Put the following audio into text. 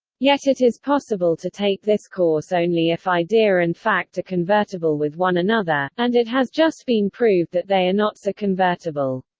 yet it is possible to take this course only if idea and fact are convertible with one another, and it has just been proved that they are not so convertible.